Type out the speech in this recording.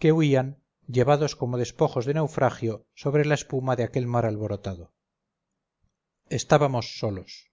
que huían llevados como despojos de naufragio sobre la espuma de aquel mar alborotado estábamos solos